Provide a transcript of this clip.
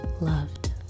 loved